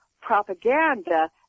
propaganda